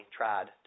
tried